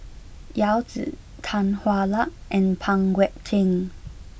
Yao Zi Tan Hwa Luck and Pang Guek Cheng